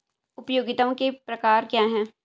उपयोगिताओं के प्रकार क्या हैं?